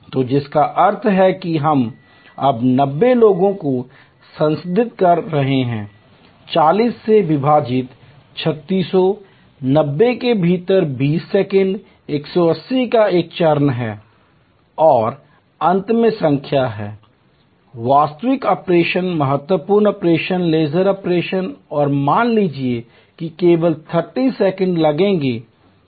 तो जिसका अर्थ है कि हम अब 90 लोगों को संसाधित कर रहे हैं 40 से विभाजित 3600 90 के भीतर 20 सेकंड 180 का एक चरण है और अंत में संख्या है वास्तविक ऑपरेशन महत्वपूर्ण ऑपरेशन लेजर ऑपरेशन और मान लीजिए कि केवल 30 सेकंड लगते हैं